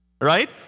right